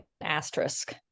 asterisk